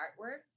artwork